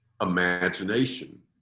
imagination